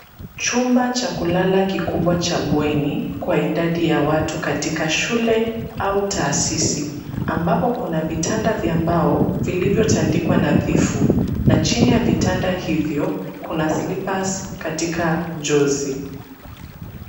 Chumba cha kulala kikubwa cha bweni kwa idadi ya watu katika shule au taasisi ambapo kuna vitanda vya mbao vilivyotandikwa nadhifu. Na chini ya vitanda hivyo, kuna slippers katika jozi.